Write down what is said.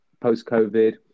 post-COVID